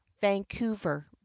vancouver